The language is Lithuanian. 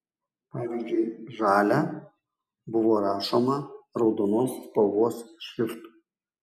pavyzdžiui žalia buvo rašoma raudonos spalvos šriftu